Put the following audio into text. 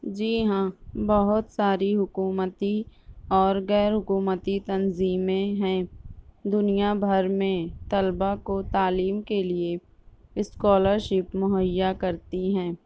جی ہاں بہت ساری حکومتی اور غیر حکومتی تنظیمیں ہیں دنیا بھر میں طلبا کو تعلیم کے لیے اسکالرشپ مہیا کرتی ہیں